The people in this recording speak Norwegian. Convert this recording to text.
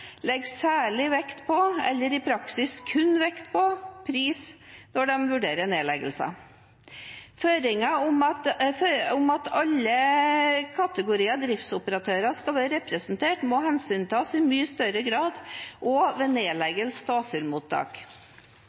legger særlig vekt på – eller, i praksis, kun vekt på – pris når de vurderer nedleggelser. Føringen om at alle kategorier driftsoperatører skal være representert, må hensyntas i mye større grad også ved nedleggelser av asylmottak.